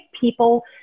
people